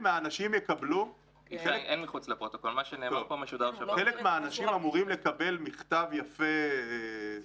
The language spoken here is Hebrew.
אין בחתיכת ברזל כדי להעיד על גודל המעשים, על